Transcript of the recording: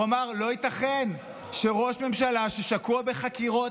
הוא אמר: לא ייתכן שראש ממשלה ששקוע בחקירות